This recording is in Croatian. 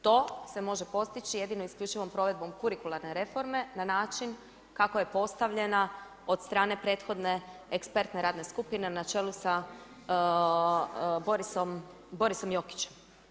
To se može postići jedino isključivom provedbom kurikuralne reforme na način kako je postavljena od strane prethodne ekspertne radne skupine na čelu sa Borisom Jokićem.